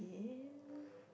again